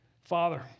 Father